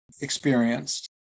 experienced